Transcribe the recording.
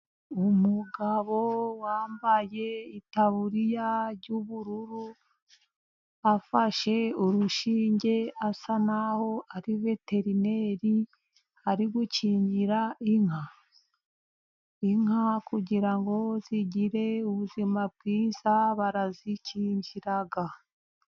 Umugabo wambaye itaburiya ry'ubururu, afashe urushinge asa n'aho ari veterineri ari gukingira inka. Inka kugira ngo zigire ubuzima bwiza barazikingira.